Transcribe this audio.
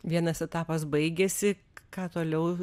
vienas etapas baigėsi ką toliau